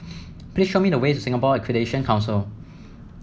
please show me the way to Singapore Accreditation Council